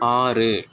ஆறு